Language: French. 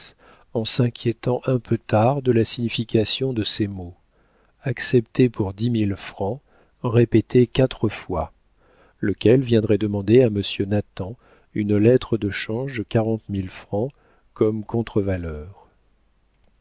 en s'inquiétant un peu tard de la signification de ces mots accepté pour dix mille francs répétés quatre fois lequel viendrait demander à monsieur nathan une lettre de change de quarante mille francs comme